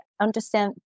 understand